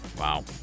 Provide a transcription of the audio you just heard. Wow